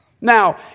Now